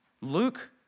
Luke